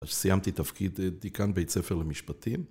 אז סיימתי תפקיד דיקן בית ספר למשפטים.